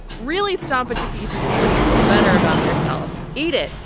really stomp it to pieces until you feel better about yourself. eat it,